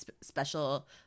special